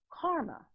Karma